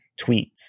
tweets